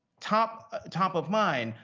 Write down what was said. top ah top of mind,